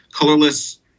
colorless